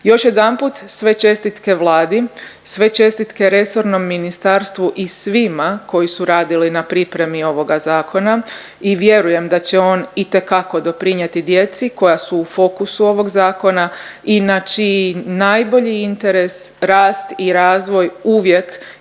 Još jedanput sve čestitke Vladi, sve čestitke resornom ministarstvu i svima koji su radili na pripremi ovoga zakona i vjerujem da će on itekako doprinijeti djeci koja su u fokusu ovog zakona i na čiji najbolji interes rast i razvoj uvijek